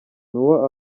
noah